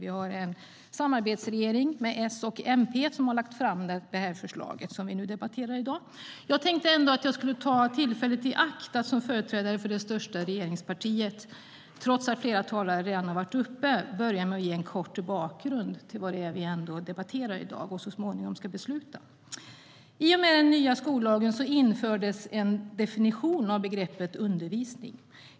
Vi har en samarbetsregering med S och MP som har lagt fram det förslag som vi debatterar i dag. Jag tänkte att jag skulle ta tillfället i akt, trots att flera talare redan har varit uppe, att som företrädare för det största regeringspartiet börja med att ge en kort bakgrund till vad det är vi debatterar i dag och så småningom ska besluta om.I och med den nya skollagen infördes en definition av begreppet undervisning.